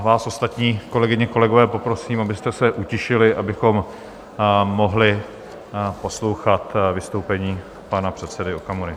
Vás ostatní, kolegyně, kolegové, poprosím, abyste se utišili, abychom mohli poslouchat vystoupení pana předsedy Okamury.